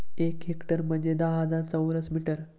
एक हेक्टर म्हणजे दहा हजार चौरस मीटर